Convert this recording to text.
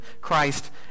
Christ